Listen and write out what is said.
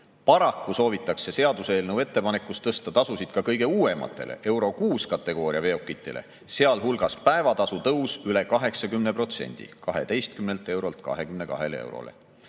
Paraku soovitakse seaduseelnõu ettepanekus tõsta tasusid ka kõige uuematele EUROVI kategooria veokitele sealhulgas päevatasu tõus üle 80% 12-lt eurolt 22-le eurole.